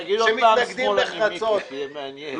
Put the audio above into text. תגיד עוד פעם שמאלנים, מיקי, שיהיה מעניין.